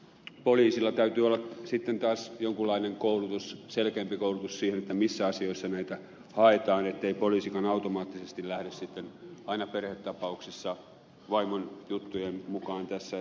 poliisilla täytyy olla sitten taas jonkunlainen koulutus selkeämpi koulutus siihen missä asioissa näitä haetaan ettei poliisikaan automaattisesti lähde sitten aina perhetapauksissa vaimon juttujen mukaan tässä